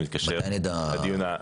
זה מתקשר לדיון הקודם.